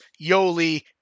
Yoli